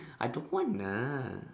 I don't want lah